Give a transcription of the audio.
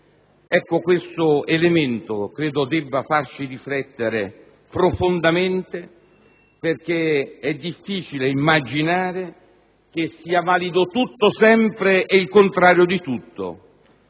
che questo elemento debba farci riflettere profondamente perché è difficile immaginare che sia sempre valido tutto e il contrario di tutto.